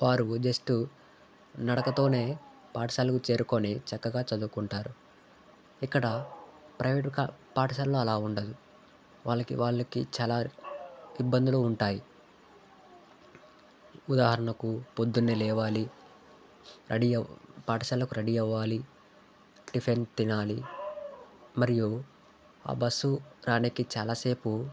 వారు జస్ట్ నడకతోనే పాఠశాలకు చేరుకొని చక్కగా చదువుకుంటారు ఇక్కడ ప్రైవేట్ పాఠశాలలో అలా ఉండదు వాళ్ళకి వాళ్ళకి చాలా ఇబ్బందులు ఉంటాయి ఉదాహరణకు పొద్దున్నే లేవాలి రెడీ పాఠశాలకు రెడీ అవ్వాలి టిఫిన్ తినాలి మరియు ఆ బస్సు రానీకి చాలా సేపు